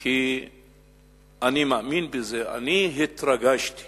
כי אני מאמין בזה, אני התרגשתי